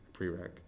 prereq